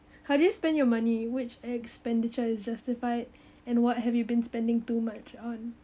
how do you spend your money which expenditure is justified and what have you been spending too much on